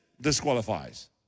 disqualifies